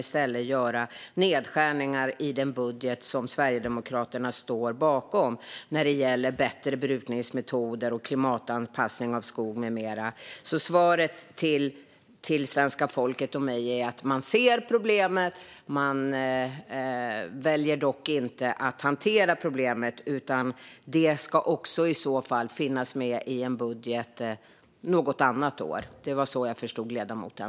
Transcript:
I stället gör man nedskärningar vad gäller bättre brukningsmetoder, klimatanpassning av skog med mera i den budget som Sverigedemokraterna står bakom. Svaret till mig och svenska folket är alltså att man ser problemet men väljer att inte hantera problemet i budgeten nu utan något annat år. Det var så jag förstod ledamoten.